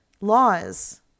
laws